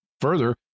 Further